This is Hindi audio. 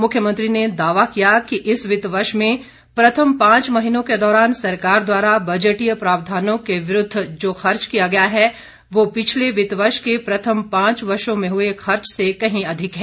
मुख्यमंत्री ने दावा किया कि चालू वित्त वर्ष के प्रथम पांच महीनों के दौरान सरकार द्वारा बजटीय प्रावधानों के विरुद्ध जो खर्च किया गया है वह पिछले वित्त वर्ष के प्रथम पांच वर्षों में हुए खर्च से कहीं अधिक है